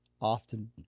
often